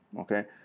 Okay